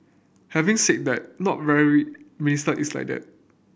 having said that not very minister is like that